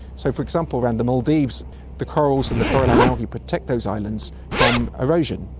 so, for example, around the maldives the corals and the coralline algae protect those islands from erosion.